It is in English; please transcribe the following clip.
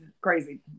crazy